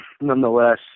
nonetheless